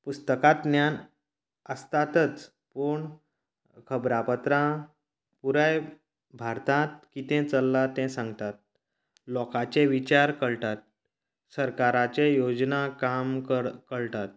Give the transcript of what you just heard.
पुस्तकांतल्यान आसतातच पूण खबरापत्रां पुराय भारतांत कितें चललां तें सांगतात लोकांचे विचार कळटात सरकाराचें योजना काम मु कळटात